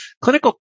Clinical